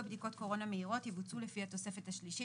בדיקות קורונה מהירות יבוצעו לפי התוספת השלישית.